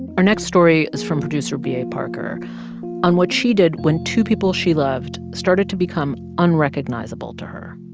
our next story is from producer b a. parker on what she did when two people she loved started to become unrecognizable to her.